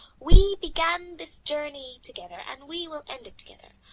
we began this journey together and we will end it together.